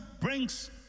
brings